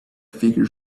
figure